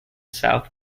south